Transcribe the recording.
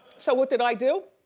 so what did i do?